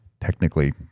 technically